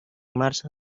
marzo